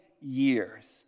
years